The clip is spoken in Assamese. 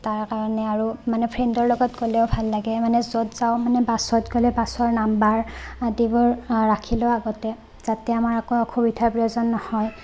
তাৰ কাৰণে আৰু মানে ফ্ৰেণ্ডৰ লগত গ'লেও ভাল লাগে মানে য'ত যাওঁ মানে বাছত গ'লে বাছৰ নাম্বাৰ আদিবোৰ ৰাখি লওঁ আগতে যাতে আমাৰ আকৌ অসুবিধাৰ প্ৰয়োজন নহয়